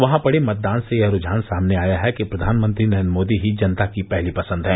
वहां पड़े मतदान से यह रूझान सामने आया है कि प्रधानमंत्री नरेन्द्र मोदी ही जनता की पहली पसन्द हैं